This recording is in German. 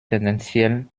tendenziell